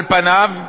על פניו,